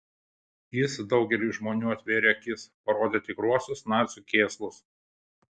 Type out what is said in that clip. jis daugeliui žmonių atvėrė akis parodė tikruosius nacių kėslus